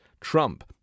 Trump